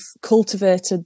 cultivated